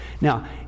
Now